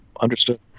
understood